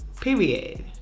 period